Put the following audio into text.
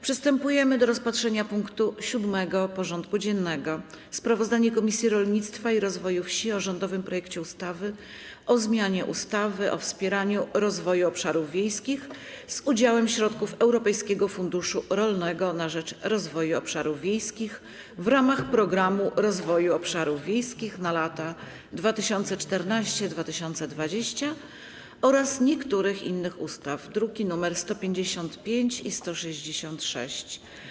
Przystępujemy do rozpatrzenia punktu 7. porządku dziennego: Sprawozdanie Komisji Rolnictwa i Rozwoju Wsi o rządowym projekcie ustawy o zmianie ustawy o wspieraniu rozwoju obszarów wiejskich z udziałem środków Europejskiego Funduszu Rolnego na rzecz Rozwoju Obszarów Wiejskich w ramach Programu Rozwoju Obszarów Wiejskich na lata 2014–2020 oraz niektórych innych ustaw (druki nr 155 i 166)